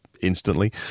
instantly